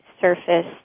surface